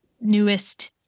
newest